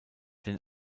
den